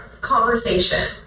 conversation